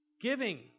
Giving